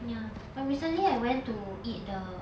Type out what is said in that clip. ya but recently I went to eat the